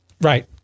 Right